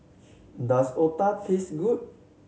does Otah taste good